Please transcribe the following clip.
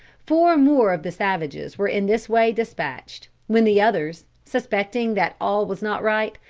four more of the savages were in this way despatched, when the others, suspecting that all was not right,